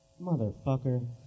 motherfucker